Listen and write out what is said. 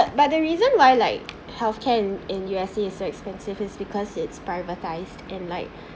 but the reason why like health care in in U_S_A is so expensive is because it's privatized and like